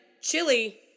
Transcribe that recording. chili